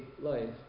life